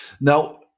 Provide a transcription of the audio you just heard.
Now